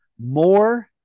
more